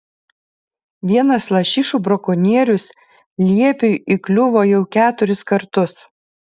vienas lašišų brakonierius liepiui įkliuvo jau keturis kartus